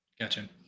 Gotcha